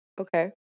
Okay